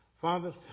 Father